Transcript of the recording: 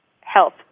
health